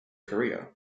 korea